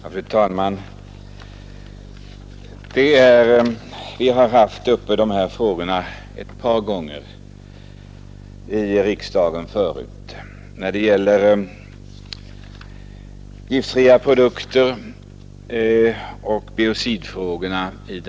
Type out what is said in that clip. Fru talman! I samband med att vi diskuterat jordbruket har vi ett par gånger tidigare i riksdagen haft uppe frågor om giftfria produkter och biocider.